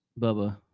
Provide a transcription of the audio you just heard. Bubba